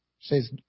Says